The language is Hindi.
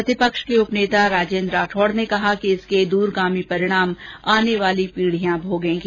प्रतिपक्ष के उपनेता राजेन्द्र राठौड ने कहा कि इसके दूरगामी परिणाम आने वाले पीढियां भोगेंगी